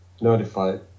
notified